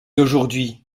aujourd’hui